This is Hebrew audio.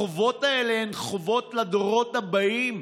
החובות האלה הם חובות לדורות הבאים,